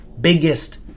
biggest